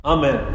Amen